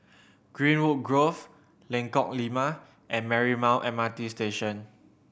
Greenwood Grove Lengkok Lima and Marymount M R T Station